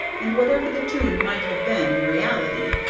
and, whatever the tune might have been in reality,